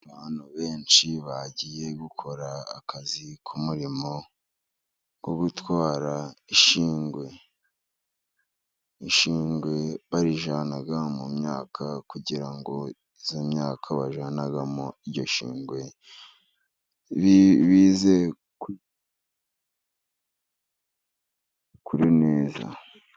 Abantu benshi bagiye gukora akazi k'umurimo wo gutwara ishingwe. Ishingwe barijyana mu myaka kugira ngo iyo myaka bajyanamo iryo shingwe bize kuri neza.